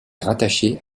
rattaché